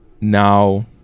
Now